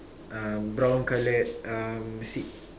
uh brown colored um seat